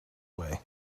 way